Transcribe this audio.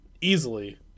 easily